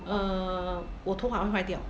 err 我头发会坏掉